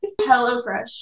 Hellofresh